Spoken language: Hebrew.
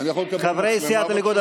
חברי סיעת הליכוד,